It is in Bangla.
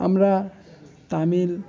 আমরা তামিল